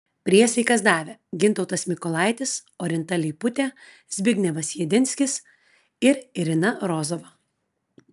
priesaikas davė gintautas mikolaitis orinta leiputė zbignevas jedinskis ir irina rozova